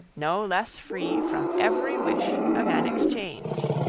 no less free from every wish of an exchange.